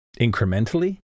incrementally